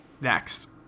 Next